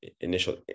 initial